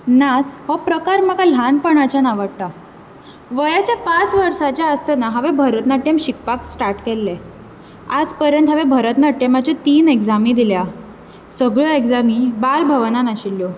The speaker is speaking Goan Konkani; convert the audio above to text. नाच हो प्रकार म्हाका ल्हानपणांच्यान आवडटा वयांच्या पांच वर्साचे आसतना हावें भरतनाट्यम शिकपाक स्टार्ट केल्ले आयज पर्यंत हांवेन भरतनाट्यमाच्यो तीन एग्झामी दिल्या सगळ्यो एग्झामी बाल भवनान आशिल्ल्यो